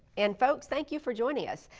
and folks, thank you for joining us.